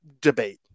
debate